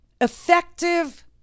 Effective